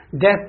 death